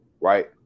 right